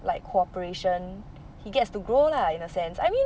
like cooperation he gets to grow lah in a sense I mean